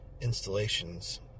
installations